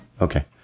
Okay